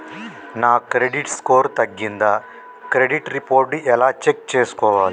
మీ credit score తగ్గిందా credit report ఎలా check చేసుకోవాలి?